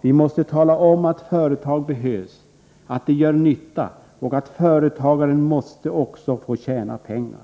Vi måste tala om att företag behövs, att de gör nytta och att företagaren också måste få tjäna pengar.